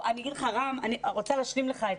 רם, אני רוצה להשלים לך.